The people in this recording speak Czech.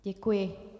Děkuji.